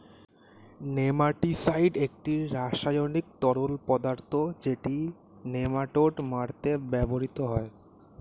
nematicide একটি রাসায়নিক তরল পদার্থ যেটি নেমাটোড মারতে ব্যবহৃত হয়